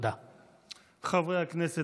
מאת חברי הכנסת